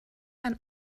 ein